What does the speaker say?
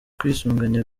kwisuganya